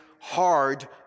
hard